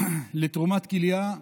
לתרומת כליה,